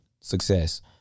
success